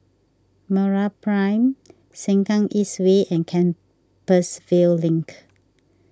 MeraPrime Sengkang East Way and Compassvale Link